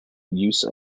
use